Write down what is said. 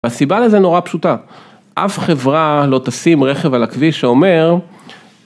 והסיבה לזה נורא פשוטה, אף חברה לא תשים רכב על הכביש שאומר